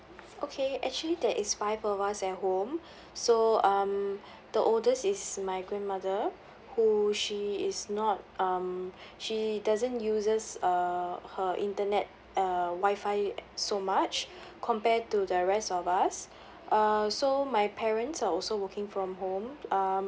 okay actually that is five of us at home so um the oldest is my grandmother who she is not um she doesn't uses uh her internet uh wi-fi so much compared to the rest of us uh so my parents are also working from home um